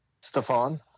Stefan